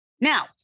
Now